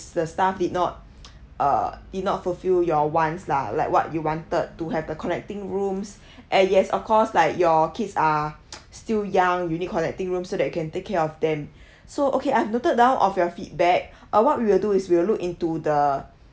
the staff did not uh did not fulfill your wants lah like what you wanted to have the connecting rooms and yes of course like your kids are still young you need connecting rooms so that you can take care of them so okay I've noted down of your feedback uh what we'll do is we will look into the